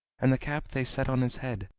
and the cap they set on his head,